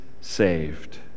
saved